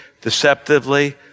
deceptively